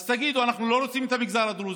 אז תגידו: אנחנו לא רוצים את המגזר הדרוזי.